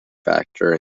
factor